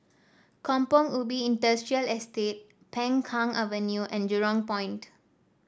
Kampong Ubi Industrial Estate Peng Kang Avenue and Jurong Point